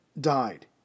died